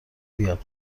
بیاد